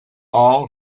all